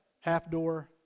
half-door